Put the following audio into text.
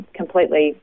completely